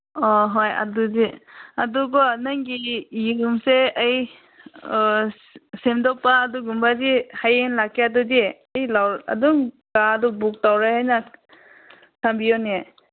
ꯑꯣ ꯍꯣꯏ ꯑꯗꯨꯗꯤ ꯑꯗꯨ ꯀꯣ ꯅꯪꯒꯤ ꯌꯨꯝꯁꯦ ꯑꯩ ꯁꯦꯡꯗꯣꯛꯄ ꯑꯗꯨꯒꯨꯝꯕꯗꯤ ꯍꯌꯦꯡ ꯂꯥꯛꯀꯦ ꯑꯗꯨꯗꯤ ꯑꯩ ꯂꯧꯔꯥ ꯑꯗꯨꯝ ꯀꯥꯗꯨ ꯕꯨꯛ ꯇꯧꯔꯦ ꯍꯥꯏꯅ ꯊꯝꯕꯤꯌꯨꯅꯦ